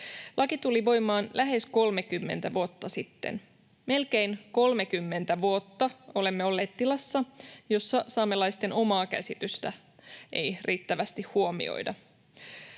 Laki tuli voimaan lähes kolmekymmentä vuotta sitten. Melkein kolmekymmentä vuotta olemme olleet tilassa, jossa saamelaisten omaa käsitystä ei riittävästi huomioida.